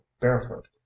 barefoot